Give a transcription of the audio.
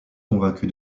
convaincu